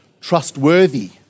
trustworthy